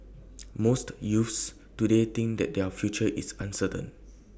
most youths today think that their future is uncertain